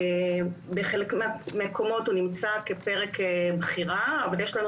בחלק מהמקומות הוא נמצא כפרק בחירה אבל יש לנו